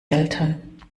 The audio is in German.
eltern